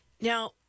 Now